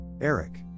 eric